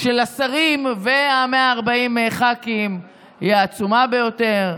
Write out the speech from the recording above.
של השרים ו-140 הח"כים היא העצומה ביותר,